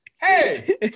Hey